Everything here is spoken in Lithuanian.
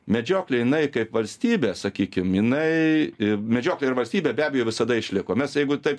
medžioklė jinai kaip valstybė sakykim jinai medžioklė ir valstybė be abejo visada išliko mes jeigu taip